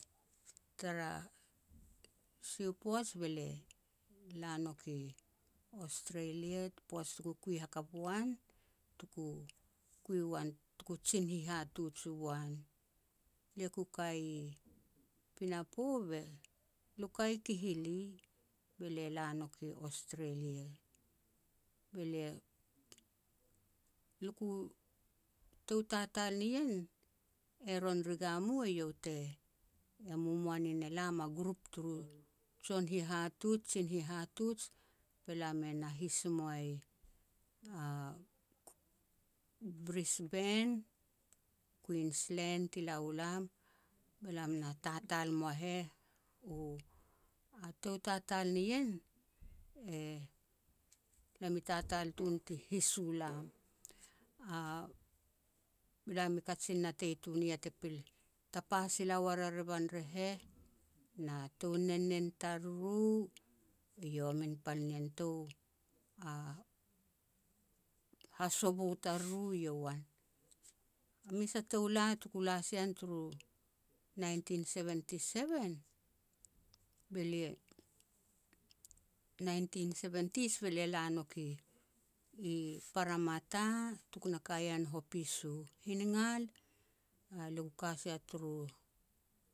Tara sia u poaj be lia la nouk i Australia, poaj tuku kui hakap wuan, tuku kui wan, tuku jin hihatuj u uan. Elia ku ka i pinapo be lia, ku ka i Kihili, lia nouk i Australia, be lia tou tatal nien Aron Rigamu eiau te e momoa nin elam a grup turu joun hihatuj jin hihatuj be lam na his i moa i Brisbane, Queensland ti la u lam be lam na tatal moa heh. A tou tatal ni ien, elam i tatal tun ti hiis u lam. Lam kajin natei tun ya te pil tapa sila war a revan re heh, na tou nen nen tariru, eiau a min pal nien, tou hasovo tariru, yowan. A mes a tou la tuku la sian turu nineteen seventhy seven, be lia, nineteen seventhies be lia la nouk i-i Paramatta tuku na ka yan hopis u hiningal, lia hasia